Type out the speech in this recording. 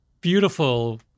beautiful